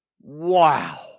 wow